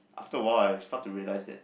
after awhile I start to realize that